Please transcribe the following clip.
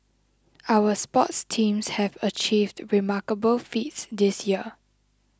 our sports teams have achieved remarkable feats this year